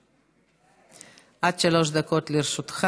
עד שלוש דקות לרשותך.